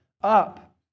Up